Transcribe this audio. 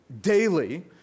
daily